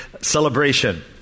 celebration